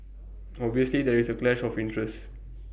obviously there is A clash of interest